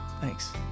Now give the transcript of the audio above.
thanks